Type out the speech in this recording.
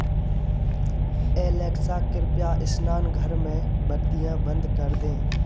Alexa कृपया स्नानघर में बतियाँ बंद कर दें